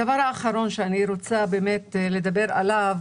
הדבר האחרון שאני רוצה לדבר עליו,